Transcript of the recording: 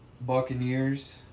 Buccaneers